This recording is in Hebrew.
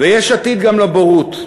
ויש עתיד גם לבורות,